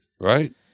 right